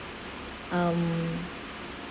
um